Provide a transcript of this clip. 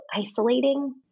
isolating